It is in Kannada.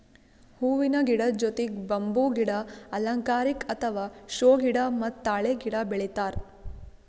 ಹೂವಿನ ಗಿಡದ್ ಜೊತಿಗ್ ಬಂಬೂ ಗಿಡ, ಅಲಂಕಾರಿಕ್ ಅಥವಾ ಷೋ ಗಿಡ ಮತ್ತ್ ತಾಳೆ ಗಿಡ ಬೆಳಿತಾರ್